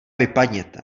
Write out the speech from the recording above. vypadněte